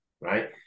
right